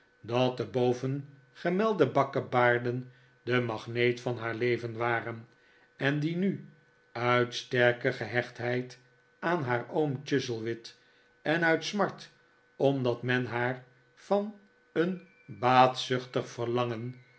dat de bovengemelde bakkebaarden de magneet van haar leven waren en die nu uit sterke gehechtheid aan haar oom chuzzlewit en uit smart omdat men haar van een baatzuchtig verlangen